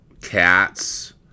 Cats